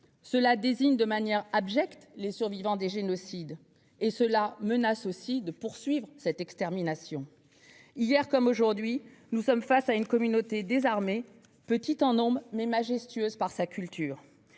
ainsi, de manière abjecte, les survivants des génocides. Ces propos font peser une menace, celle de poursuivre cette extermination. Hier comme aujourd'hui, nous sommes face à une communauté désarmée, petite en nombre, mais majestueuse par sa culture.